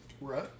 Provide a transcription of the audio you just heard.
Right